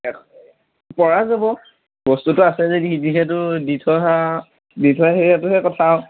তাকে পৰা যাব বস্তুটো আছে যদি যিহেতু দি থৈ অহা দি থৈ অহাটোহে কথা আৰু